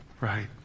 right